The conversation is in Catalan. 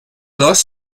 dos